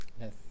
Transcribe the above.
Yes